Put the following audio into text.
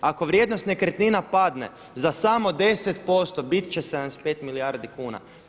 Ako vrijednost nekretnina padne za samo 10% bit će 75 milijardi kuna.